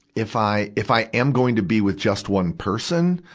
if i, if i am going to be with just one person,